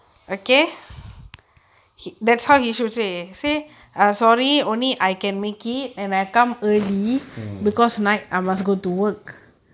mm